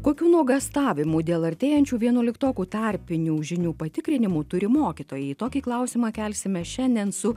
kokių nuogąstavimų dėl artėjančių vienuoliktokų tarpinių žinių patikrinimų turi mokytojai tokį klausimą kelsime šiandien su